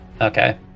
Okay